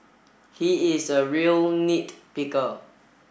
he is a real nit picker